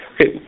Okay